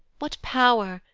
what pow'r,